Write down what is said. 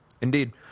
Indeed